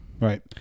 Right